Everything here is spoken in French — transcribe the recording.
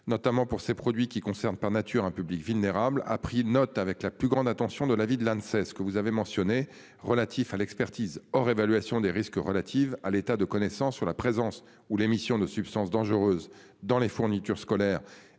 Notamment pour ses produits qui concernent, par nature, un public vulnérable a pris note avec la plus grande attention de la vie de l'c'est ce que vous avez mentionnées relatif à l'expertise. Or, évaluation des risques relatives à l'état de connaissance sur la présence ou l'émission de substances dangereuses dans les fournitures scolaires